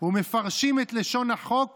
ומפרשים את לשון החוק